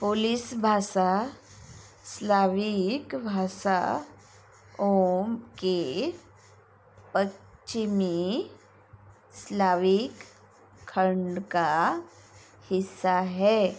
police भाषा Slavic भाषाओं के पश्चिमी स्लाविक खंड का हिस्सा है